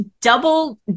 double